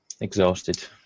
exhausted